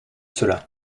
cela